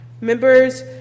Members